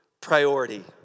priority